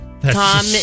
Tom